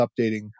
updating